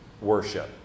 worship